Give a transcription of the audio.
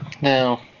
Now